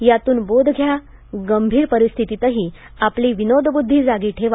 यातून बोध घ्या गंभीर परिस्थितीतही आतली विनोदबुद्धी जागी ठेवा